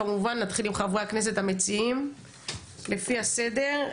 נתחיל עם חברי הכנסת המציעים לפי הסדר.